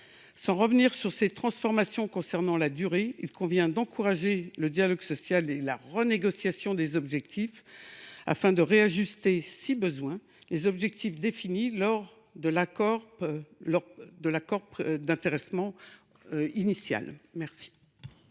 Sans revenir sur ces transformations relatives à la durée, il convient d’encourager le dialogue social et la renégociation des objectifs afin de réajuster, en cas de besoin, les objectifs définis dans l’accord d’intéressement initial. Quel